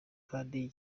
kandi